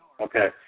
Okay